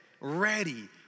ready